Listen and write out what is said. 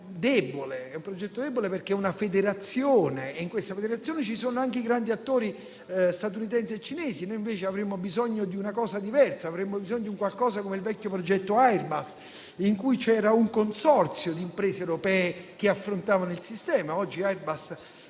*cloud*, è un progetto debole, perché è una federazione e in questa federazione ci sono anche i grandi attori statunitensi e cinesi; noi invece avremmo bisogno di una cosa diversa, avremmo bisogno di un qualcosa come il vecchio progetto Airbus, in cui c'era un consorzio di imprese europee che affrontavano il sistema. Oggi Airbus è il più